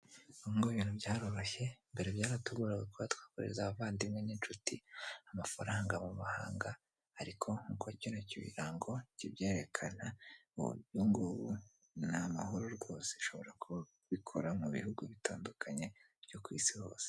Ubu ngubu ibintu byaroroshye, mbere byaratugoraga kuba twakoherereza abavandimwe n'inshuti amafaranga mu mahanga ariko nk'uko kino kirango kibyerekana, ubu ngubu ni amahoro rwose. Ushobora kuba kubikora mu bihugu bitandukanye byo ku isi hose.